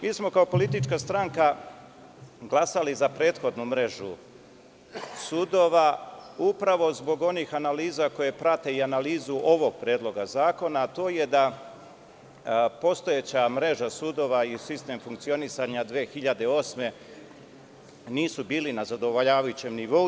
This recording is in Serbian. Mi smo kao politička stranka glasali za prethodnu mrežu sudova, upravo zbog onih analiza koje prate i analizu ovog predloga zakona, a to je da postojeća mreža sudova i sistem funkcionisanja 2008. godine nisu bili na zadovoljavajućem nivou.